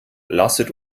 lasset